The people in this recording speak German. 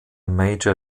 major